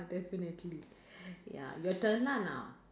definitely ya your turn lah now